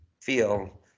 feel